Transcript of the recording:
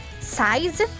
size